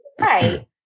Right